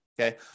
Okay